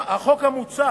החוק המוצע